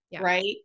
Right